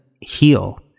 heal